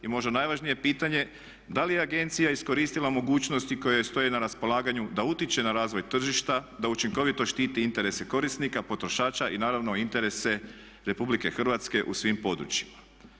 I možda najvažnije pitanje da li je agencija iskoristila mogućnosti koje joj stoje na raspolaganju da utječe na razvoj tržišta, da učinkovito štiti interese korisnika, potrošača i naravno interese RH u svim područjima?